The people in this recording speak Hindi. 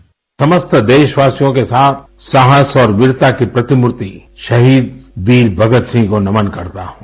बाइट मैं समस्त देशवासियों के साथ साहस और वीरता की प्रतिमूर्ति शहीद वीर भगतसिंह को नमन करता हूँ